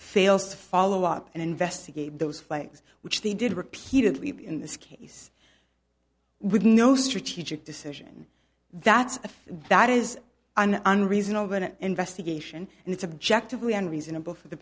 fails to follow up and investigate those flags which they did repeatedly in this case with no strategic decision that's if that is an unreasonable in an investigation and it's objective leon reasonable for the